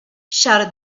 shouted